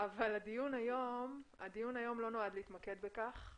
אבל הדיון היום לא נועד להתמקד בכך.